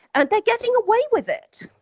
and they're getting away with it.